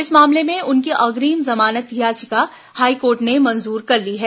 इस मामले में उनकी अग्रिम जमानत याचिका हाईकोर्ट ने मंजूर कर ली है